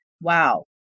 wow